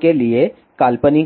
के लिए काल्पनिक है